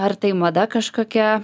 ar tai mada kažkokia